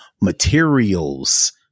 materials